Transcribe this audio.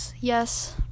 yes